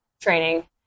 training